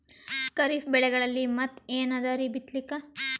ಖರೀಫ್ ಬೆಳೆಗಳಲ್ಲಿ ಮತ್ ಏನ್ ಅದರೀ ಬಿತ್ತಲಿಕ್?